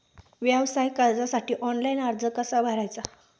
व्यवसाय कर्जासाठी ऑनलाइन अर्ज कसा भरायचा?